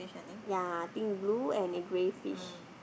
ya think blue and grey fish